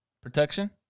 Protection